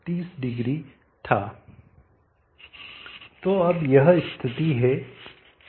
तो अब यह स्थिति है